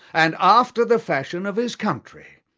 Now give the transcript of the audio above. and after the fashion of his country.